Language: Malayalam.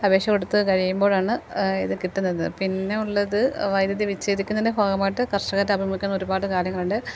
അപേക്ഷ കൊടുത്തു കഴിയുമ്പോഴാണ് ഇത് കിട്ടുന്നത് പിന്നെ ഉള്ളത് വൈദ്യുതി വിച്ഛേദിക്കുന്നതിൻ്റെ ഭാഗമായിട്ട് കർഷകർ അഭിമുഖീകരിക്കുന്ന ഒരുപാട് കാര്യങ്ങളുണ്ട്